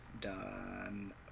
done